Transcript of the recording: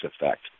effect